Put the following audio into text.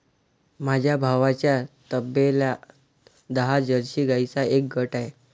माझ्या भावाच्या तबेल्यात दहा जर्सी गाईंचा एक गट आहे